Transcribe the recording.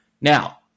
Now